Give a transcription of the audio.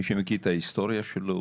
מי שמכיר את ההיסטוריה שלו,